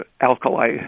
alkali